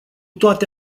toate